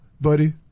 buddy